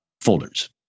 folders